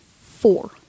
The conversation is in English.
Four